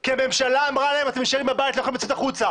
אלא כי הממשלה אמרה להם שהם נשארים בבית ולא יכולים לצאת החוצה.